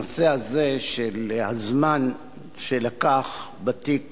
הזמן שלקח בתיק